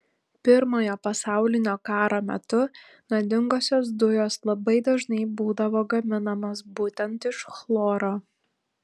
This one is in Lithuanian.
pirmojo pasaulinio karo metu nuodingosios dujos labai dažnai būdavo gaminamos būtent iš chloro